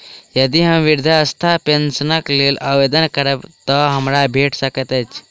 यदि हम वृद्धावस्था पेंशनक लेल आवेदन करबै तऽ हमरा भेट सकैत अछि?